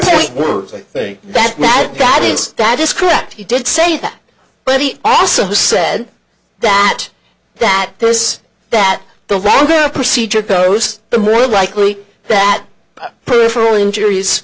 more words i think that that is that is correct he did say that but he also said that that this that the value procedure goes the more likely that peripheral injuries